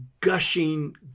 gushing